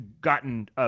gotten